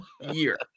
year